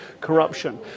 corruption